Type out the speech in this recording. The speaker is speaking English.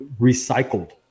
recycled